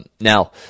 Now